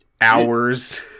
hours